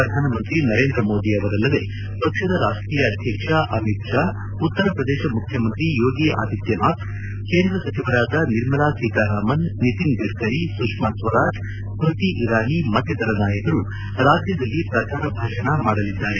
ಪ್ರಧಾನಿ ನರೇಂದ್ರ ಮೋದಿ ಅವರಲ್ಲದೆ ಪಕ್ಷದ ರಾಷ್ಷೀಯ ಅಧ್ಯಕ್ಷ ಅಮಿತ್ ಶಾ ಉತ್ತರ ಪ್ರದೇಶ ಮುಖ್ಯಮಂತ್ರಿ ಯೋಗಿ ಆಧಿತ್ಯನಾಥ್ ಕೇಂದ್ರ ಸಚಿವರಾದ ನಿರ್ಮಲಾ ಸೀತಾರಾಮನ್ ನಿತಿನ್ ಗಡ್ಕರಿ ಸುಷಾಸ್ವರಾಜ್ ಸ್ಕೃತಿ ಇರಾನಿ ಮತ್ತಿತರ ನಾಯಕರು ರಾಜ್ಯದಲ್ಲಿ ಪ್ರಚಾರ ಭಾಷಣ ಮಾಡಲಿದ್ದಾರೆ